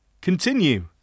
Continue